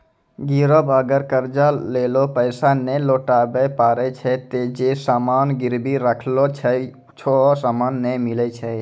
गिरब अगर कर्जा लेलो पैसा नै लौटाबै पारै छै ते जे सामान गिरबी राखलो छै हौ सामन नै मिलै छै